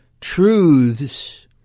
truths